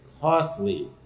costly